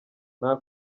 nta